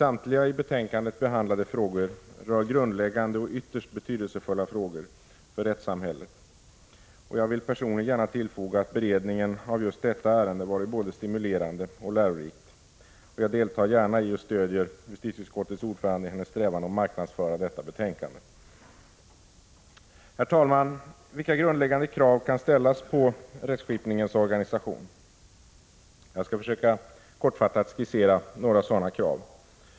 Samtliga i betänkandet behandlade frågor rör grundläggande och ytterst betydelsefulla frågor för rättssamhället. Jag vill personligen tillfoga att beredningen av detta ärende har varit både stimulerande och lärorik. Jag deltar gärna i och stöder justitieutskottets ordförande i hennes strävan att marknadsföra detta betänkande. Herr talman! Vilka grundläggande krav kan ställas på rättskipningens organisation? Jag skall försöka att kortfattat skissera några sådana krav.